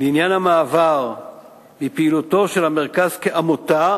לעניין המעבר מפעילותו של המרכז כעמותה